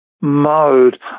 mode